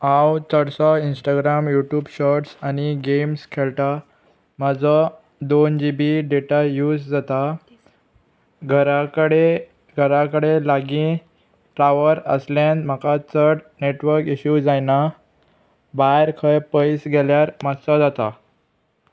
हांव चडसो Instagram YouTube shorts आनी गेम्स खेळटा म्हाजो दोन जी बी डेटा यूज जाता घरा कडे घरा कडेन लागीं ट्रावर आसल्यान म्हाका चड नेटवर्क इश्यू जायना भायर खंय पयस गेल्यार मातसो जाता